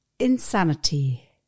insanity